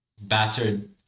battered